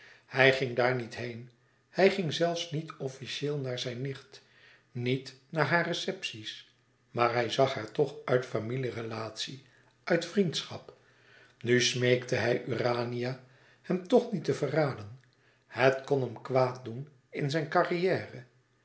hij ging daar niet heen hij ging zelfs niet officieel naar zijn nicht niet naar hare receptie's maar hij zag haar toch uit familierelatie uit vriendschap nu smeekte hij urania hem toch niet te verraden het kon hem kwaad doen in zijn carrière